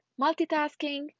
multitasking